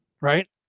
right